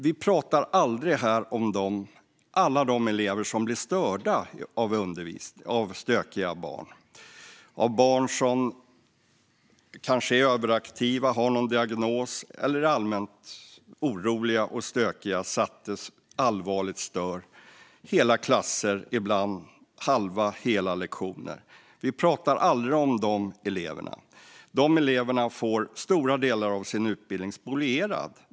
Här pratar vi aldrig om alla de elever som blir störda av stökiga barn - barn som kanske är överaktiva, som har någon diagnos eller som är allmänt oroliga och stökiga. Det kan vara barn som allvarligt stör hela klasser under halva och hela lektioner. Vi pratar aldrig om de eleverna. De eleverna får stora delar av sin utbildning spolierade.